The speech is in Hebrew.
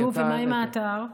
נו, ומה עם האתר?